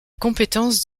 compétence